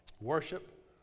Worship